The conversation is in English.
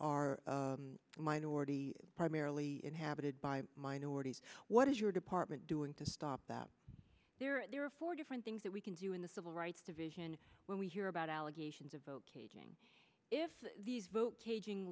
are minority primarily inhabited by minorities what is your department doing to stop that there are four different things that we can do in the civil rights division when we hear about allegations of vote caging if these vote ca